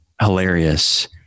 hilarious